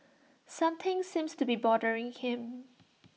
something seems to be bothering him